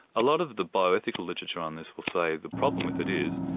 a lot of the bioethical literature on this will say the problem with it is,